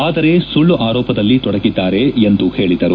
ಆದರೆ ಸುಳ್ಳು ಆರೋಪದಲ್ಲಿ ತೊಡಗಿದ್ದಾರೆ ಎಂದು ಹೇಳಿದರು